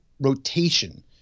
rotation